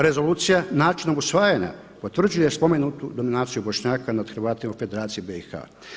Rezolucija načinom usvajanja potvrđuje spomenutu dominaciju Bošnjaka nad Hrvatima u Federaciji BiH.